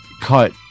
cut